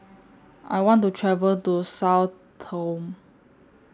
I want to travel to Sao Tome